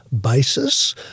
basis